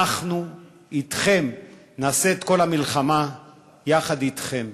אנחנו אתכם, נעשה את כל המלחמה יחד אתכם.